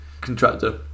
contractor